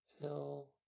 Fill